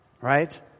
right